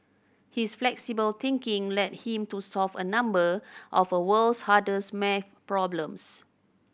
his flexible thinking led him to solve a number of world's hardest maths problems